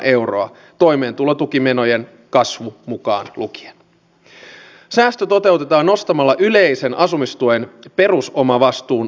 me tarvitsemme suomessa rasismin vastaista työtä kahdensuuntaista rasismin vastaista työtä